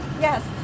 Yes